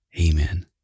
Amen